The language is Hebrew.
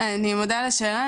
אני מודה על השאלה,